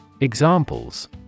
Examples